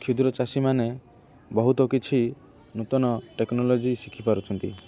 କ୍ଷୁଦ୍ର ଚାଷୀମାନେ ବହୁତ କିଛି ନୂତନ ଟେକ୍ନୋଲୋଜି ଶିଖିପାରୁଛନ୍ତି